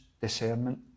discernment